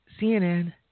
CNN